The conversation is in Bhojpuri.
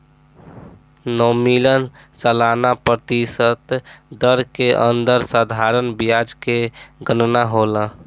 नॉमिनल सालाना प्रतिशत दर के अंदर साधारण ब्याज के गनना होला